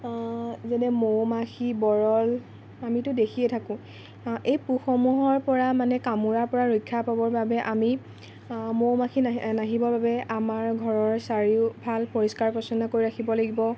যেনে মৌ মাখি বৰল আমিতো দেখিয়েই থাকোঁ এই পোকসমূহৰ পৰা মানে কামোৰাৰ পৰা ৰক্ষা পাবৰ বাবে আমি মৌ মাখি নাহিবৰ বাবে আমাৰ ঘৰৰ চাৰিওফাল পৰিষ্কাৰ পৰিচ্ছন্ন কৰি ৰাখিব লাগিব